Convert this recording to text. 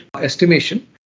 estimation